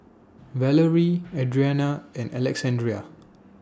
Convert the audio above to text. Valarie Adrianna and Alexandrea